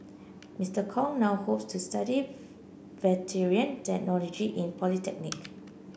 Mister Kong now hopes to study veteran technology in polytechnic